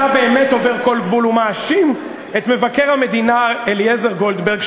אתה באמת עובר כל גבול ומאשים את מבקר המדינה אליעזר גולדברג,